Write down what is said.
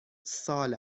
سال